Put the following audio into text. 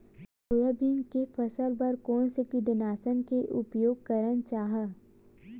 Soybean के फसल बर कोन से कीटनाशक के उपयोग करना चाहि?